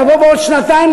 נבוא בעוד שנתיים,